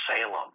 Salem